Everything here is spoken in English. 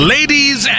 Ladies